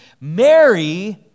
Mary